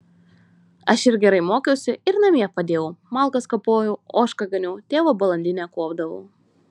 aš ir gerai mokiausi ir namie padėjau malkas kapojau ožką ganiau tėvo balandinę kuopdavau